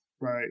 right